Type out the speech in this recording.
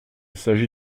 s’agit